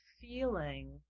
feeling